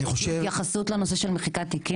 אני חושב --- התייחסות לנושא של מחיקת תיקים,